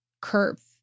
curve